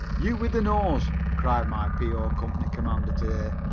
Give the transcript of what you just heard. you with the nose, cried my p o. company commander to-day,